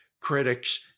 critics